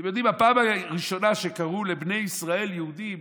אתם יודעים, הפעם הראשונה שקראו לבני ישראל יהודים